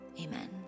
Amen